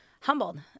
humbled